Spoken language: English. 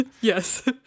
yes